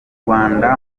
rwanda